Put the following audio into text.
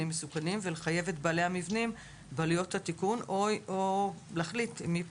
מסוכנים ולחייב את בעלי המבנים בעלויות התיקון או להחליט מי פטור.